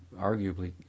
arguably